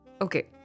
Okay।